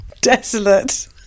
Desolate